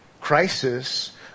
crisis